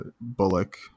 Bullock